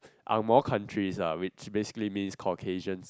angmoh countries lah which basically means Caucasians